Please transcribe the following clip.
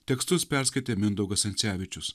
tekstus perskaitė mindaugas ancevičius